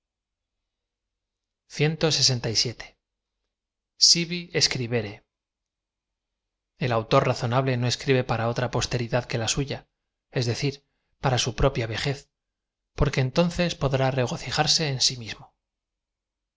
ieribéte autor razonable uo escribe para otra posteridad que la suya es decir para su propia vejez porque entonces podrá regocijarse en si mismo